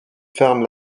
ferment